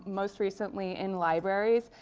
most recently in libraries.